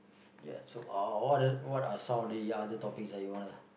ya so uh what other what are some of the other topic that you wanna